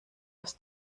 aufs